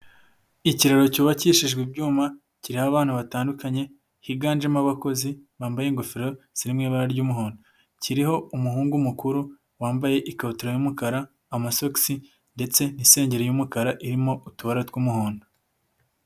Ikiraro cyubakishijwe ibyuma, kiriho abantu batandukanye, higanjemo abakozi, bambaye ingofero ziri mu ibara ry'umuhondo. kiriho umuhungu mukuru, wambaye ikabutura y'umukara, amasogisi, ndetse n'isengeri y'umukara irimo utubara tw'umuhondo.